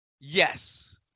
yes